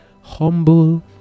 humble